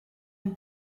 une